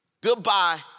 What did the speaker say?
Goodbye